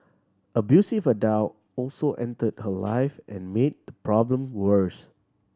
abusive adult also entered her life and made the problem worse